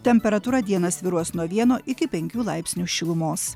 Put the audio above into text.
temperatūra dieną svyruos nuo vieno iki penkių laipsnių šilumos